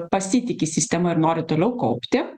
pasitiki sistema ir nori toliau kaupti